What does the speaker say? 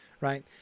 right